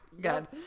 Good